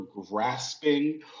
grasping